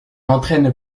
entraîne